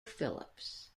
phillips